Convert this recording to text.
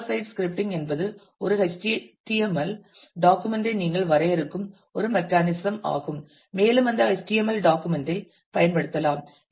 server side scripting என்பது ஒரு HTML document ஐ நீங்கள் வரையறுக்கும் ஒரு மெக்கானிசம் ஆகும் மேலும் அந்த HTML டாக்குமெண்ட் ஐ பயன்படுத்தலாம்